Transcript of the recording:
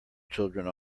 children